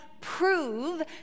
prove